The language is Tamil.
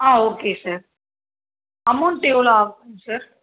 ஆ ஓகே சார் அமௌண்ட்டு எவ்வளோ ஆகும் சார்